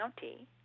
County